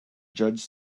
judge